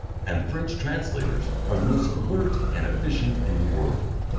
and the french translators are the most alert and efficient in the world.